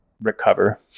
recover